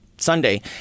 Sunday